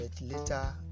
later